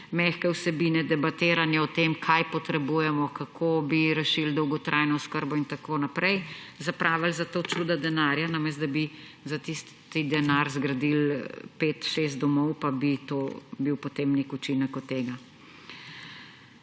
mehke vsebine, debatiranje o tem, kaj potrebujemo, kako bi rešili dolgotrajno oskrbo in tako naprej. Zapravili za to čuda denarja, namesto da bi za tisti denar zgradili pet, šest domov pa bi bil potem nek učinek od tega.